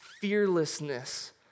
fearlessness